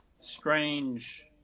strange